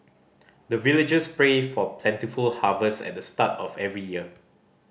the villagers pray for plentiful harvest at the start of every year